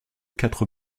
quatre